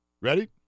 Ready